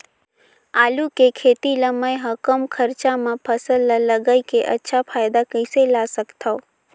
आलू के खेती ला मै ह कम खरचा मा फसल ला लगई के अच्छा फायदा कइसे ला सकथव?